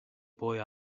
boy